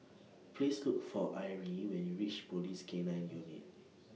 Please Look For Arie when YOU REACH Police K nine Unit